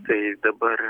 tai dabar